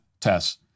Tests